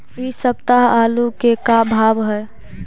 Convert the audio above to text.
इ सप्ताह आलू के का भाव है?